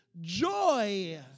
joy